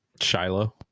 Shiloh